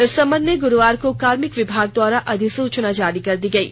इस संबंध में गुरूवार को कार्मिक विभाग द्वारा अधिसूचना जारी कर दी गयी